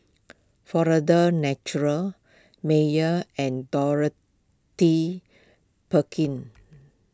Florida's Natural Mayer and Dorothy Perkins